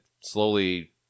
slowly